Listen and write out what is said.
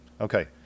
Okay